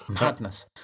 Madness